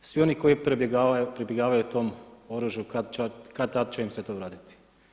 Svi oni koji pribjegavaju tom oružju, kad-tad će im se to vratiti.